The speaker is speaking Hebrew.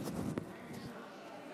יש לו חופש עיסוק, זה חוק-יסוד.